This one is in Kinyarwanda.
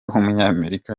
w’umunyamerika